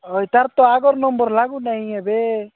ହଁ ତାର ତ ଆଗରୁ ନମ୍ବର ଲାଗୁନାଇଁ ଏବେ